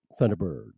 thunderbirds